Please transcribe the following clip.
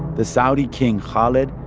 the saudi king, khalid,